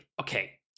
okay